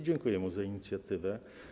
Dziękuję mu za tę inicjatywę.